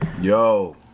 Yo